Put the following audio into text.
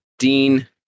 Dean